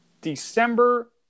December